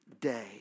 day